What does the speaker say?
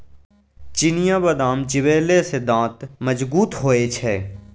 चिनियाबदाम चिबेले सँ दांत मजगूत होए छै